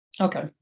Okay